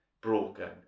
broken